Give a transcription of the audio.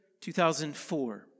2004